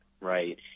right